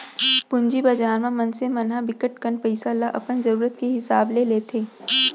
पूंजी बजार म मनसे मन ह बिकट कन पइसा ल अपन जरूरत के हिसाब ले लेथे